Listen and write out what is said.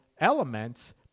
elements